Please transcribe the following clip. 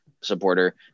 supporter